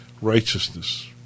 righteousness